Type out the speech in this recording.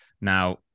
Now